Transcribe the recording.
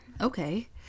Okay